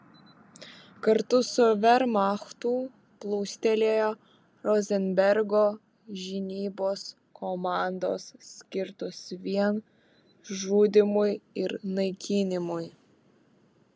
kartu su vermachtu plūstelėjo rozenbergo žinybos komandos skirtos vien žudymui ir naikinimui